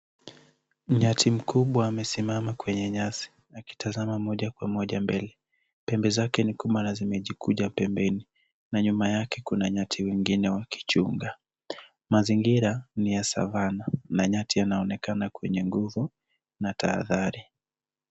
Nyati mkubwa amesimama kwenye nyasi akitazama moja kwa moja mbele. Pembe zake ni kubwa na zimejikunja pembeni na nyuma yake kuna nyati mwingine wakichunga. Mazingira ni ya savana na nyati anaonekana kwenye nguvu na tahadhari.